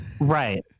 right